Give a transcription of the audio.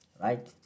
Right